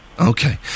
Okay